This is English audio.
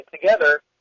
together